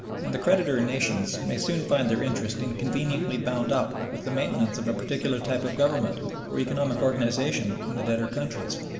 and the creditor and nations may soon find their interest inconveniently bound up with the maintenance of a particular type of government or economic organization in the debtor countries.